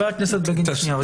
לא, חבר הכנסת בגין, שנייה.